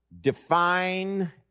define